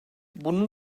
bunun